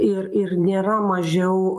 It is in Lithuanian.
ir ir nėra mažiau ar